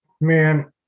man